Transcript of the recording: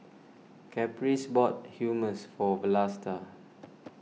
Caprice bought Hummus for Vlasta